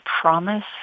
promise